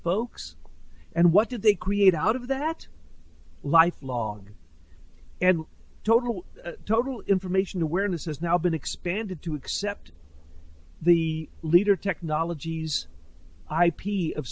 folks and what did they create out of that life log and total total information awareness has now been expanded to accept the leader technologies ip of